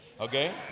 okay